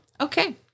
Okay